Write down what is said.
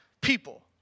people